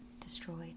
destroyed